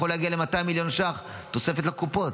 לתוספת של 200 מיליון שקל לקופות,